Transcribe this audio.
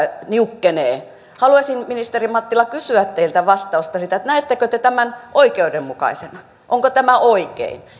niukkenee haluaisin ministeri mattila kysyä teiltä vastausta siihen näettekö te tämän oikeudenmukaisena onko tämä oikein